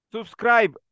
subscribe